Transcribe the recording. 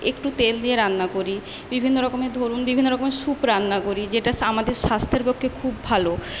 একটু তেল দিয়ে রান্না করি বিভিন্ন রকমের ধরুন বিভিন্ন রকমের স্যুপ রান্না করি যেটা সা আমাদের স্বাস্থ্যের পক্ষে খুব ভালো